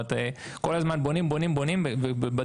כל הזמן בונים בונים בונים ובדירות